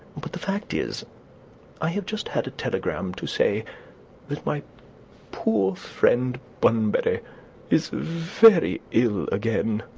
but the fact is i have just had a telegram to say that my poor friend bunbury is very ill again.